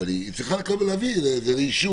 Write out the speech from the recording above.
אבל היא צריכה להביא לאישור.